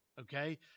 Okay